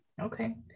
Okay